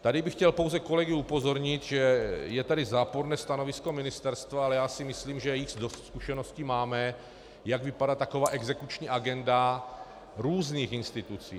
Tady bych chtěl pouze kolegy upozornit, že je tady záporné stanovisko ministerstva, ale já si myslím, že dost zkušeností máme, jak vypadá taková exekuční agenda různých institucí.